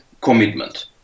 commitment